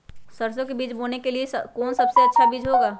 सरसो के बीज बोने के लिए कौन सबसे अच्छा बीज होगा?